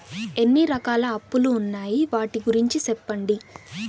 ఎన్ని రకాల అప్పులు ఉన్నాయి? వాటి గురించి సెప్పండి?